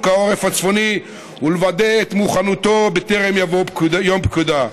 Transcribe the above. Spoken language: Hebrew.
העורף הצפוני ולוודא את מוכנותו בטרם יבוא יום פקודה.